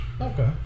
Okay